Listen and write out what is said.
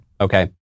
okay